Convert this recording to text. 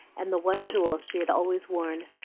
and the one jewel she had always worn,